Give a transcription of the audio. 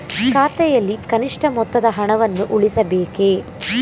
ಖಾತೆಯಲ್ಲಿ ಕನಿಷ್ಠ ಮೊತ್ತದ ಹಣವನ್ನು ಉಳಿಸಬೇಕೇ?